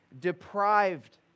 deprived